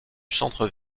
centre